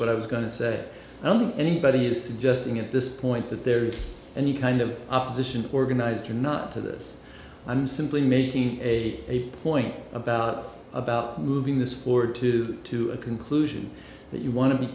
what i was going to say i don't think anybody is suggesting at this point that there is any kind of opposition organized or not to this i'm simply making a point about about moving this floor to to a conclusion that you want to be